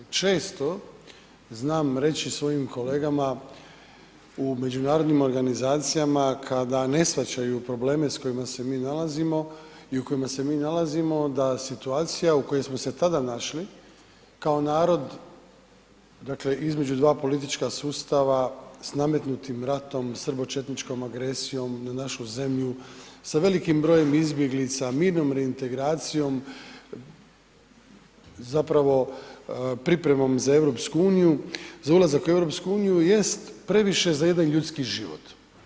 Često znam reći svojim kolegama u međunarodnim organizacijama kada ne shvaćaju probleme s kojima se mi nalazimo i u kojima se mi nalazimo, da situacija u kojoj smo se tada našli kao narod, dakle između dva politička sustava, s nametnutim ratom, srbočetničkom agresijom na našu zemlju, sa velikim brojem izbjeglica, mirnom reintegracijom, zapravo pripremom za EU, za ulazak u EU jest previše za jedan ljudski život.